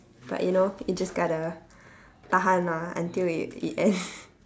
but you know you just gotta tahan lah until it it ends